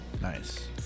Nice